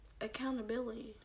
accountability